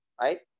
right